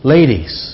Ladies